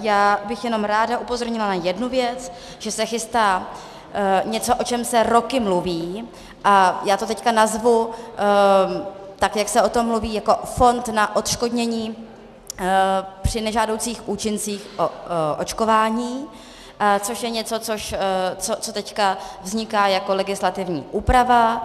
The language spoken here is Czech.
Já bych jenom ráda upozornila na jednu věc, že se chystá něco, o čem se roky mluví, a já to teď nazvu, tak jak se o tom mluví, jako fond na odškodnění při nežádoucích účincích očkování, což je něco, co teď vzniká jako legislativní úprava.